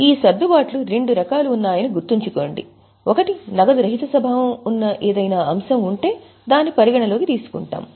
ఈ సర్దుబాట్లు రెండు రకాలు ఉన్నాయని గుర్తుంచుకోండి ఒకటి నగదు రహిత స్వభావం ఉన్న ఏదైనా అంశం ఉంటే దాన్ని పరిగణనలోకి తీసుకుంటాం